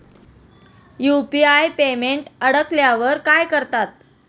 UPI payment अडकल्यावर काय करतात?